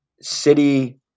City